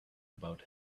about